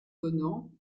donnant